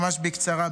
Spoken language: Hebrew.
ממש בקצרה.